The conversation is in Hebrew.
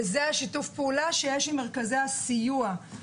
וזה שיתוף הפעולה שיש עם מרכזי הסיוע,